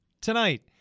tonight